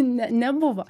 ne nebuvo